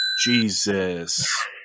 Jesus